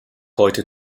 heute